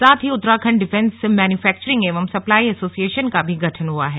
साथ ही Uttarakhand defence manufacturing एवं सप्लाई एसोसिएशन का भी गठन हुआ है